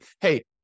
hey